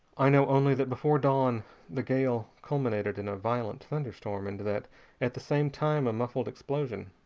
i know only that before dawn the gale culminated in a violent thunderstorm, and that at the same time a muffled explosion,